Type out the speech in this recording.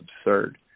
absurd